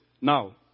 Now